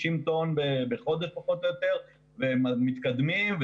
60 טון בחודש פחות או יותר והם מתקדמים.